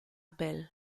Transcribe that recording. bell